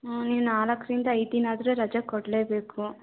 ಹ್ಞೂ ನೀವು ನಾಲ್ಕರಿಂದ ಐದು ದಿನ ಆದರೂ ರಜ ಕೊಡಲೇಬೇಕು